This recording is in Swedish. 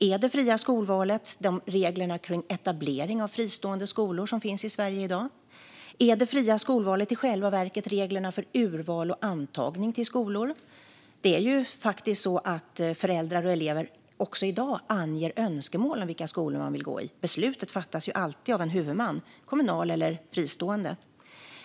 Är det de regler kring etablering av fristående skolor som finns i Sverige i dag? Är det i själva verket reglerna för urval och antagning till skolor? Föräldrar och elever anger faktiskt också i dag önskemål om vilka skolor man vill gå i, och beslutet fattas alltid av en huvudman, kommunal eller fristående.